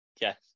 Yes